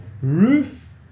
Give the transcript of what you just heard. Roof